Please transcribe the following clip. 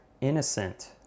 innocent